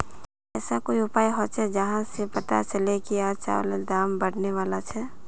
ऐसा कोई उपाय होचे जहा से पता चले की आज चावल दाम बढ़ने बला छे?